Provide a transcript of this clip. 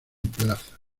plaza